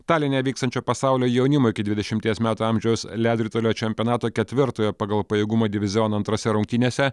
taline vykstančio pasaulio jaunimo iki dvidešimties metų amžiaus ledo ritulio čempionato ketvirtojo pagal pajėgumą diviziono antrose rungtynėse